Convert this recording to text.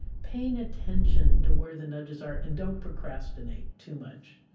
paying attention to where the nudges are. and don't procrastinate too much.